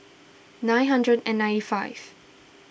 nine hundred and ninety five